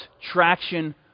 traction